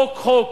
חוק-חוק,